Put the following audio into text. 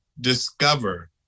discover